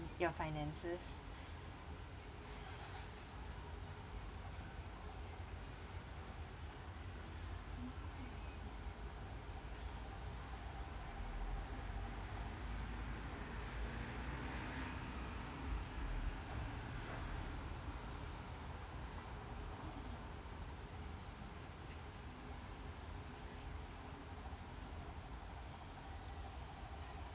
your finances